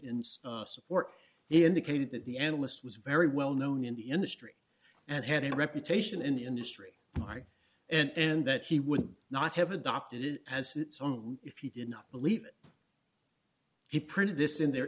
in support indicated that the analyst was very well known in the industry and had a reputation in the industry right and that he would not have adopted it as its own if you did not believe he printed this in there